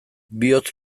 bihotz